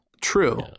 true